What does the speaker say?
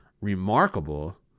remarkable